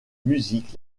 musique